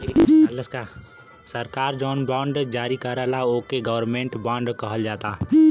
सरकार जौन बॉन्ड जारी करला ओके गवर्नमेंट बॉन्ड कहल जाला